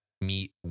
meet